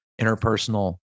interpersonal